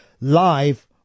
live